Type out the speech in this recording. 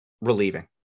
relieving